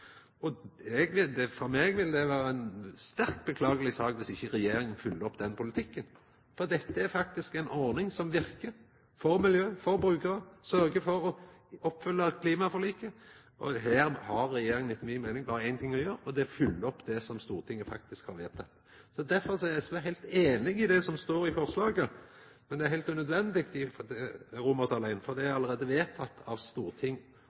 For meg vil det vera ei sterkt beklageleg sak dersom ikkje regjeringa oppfyller den politikken, for dette er ei ordning som verkar for miljøet og for brukarar, og sørgjer for å oppfylla klimaforliket. Her har regjeringa etter mi meining berre ein ting å gjera, og det er å oppfylla det som Stortinget har vedteke. SV er heilt einig i det som står i representantforslaget under I, men det er eit heilt unødvendig forslag, for det er allereie vedteke – av storting og regjering og i Soria Moria – at det skal skje. Det